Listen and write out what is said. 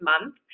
Month